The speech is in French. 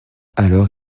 alors